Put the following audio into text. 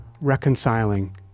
reconciling